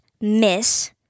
miss